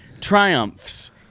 triumphs